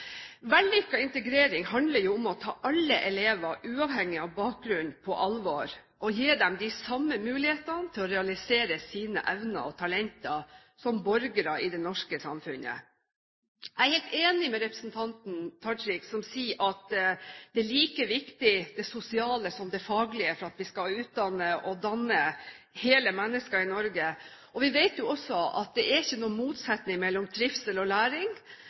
integrering handler jo om å ta alle elever, uavhengig av bakgrunn, på alvor og gi dem de samme mulighetene til å realisere sine evner og talenter som borgere i det norske samfunnet. Jeg er helt enig med representanten Tajik, som sier at det er like viktig med det sosiale som det faglige for at vi skal utdanne og danne hele mennesker i Norge. Vi vet jo også at det er ikke noen motsetning mellom trivsel og læring.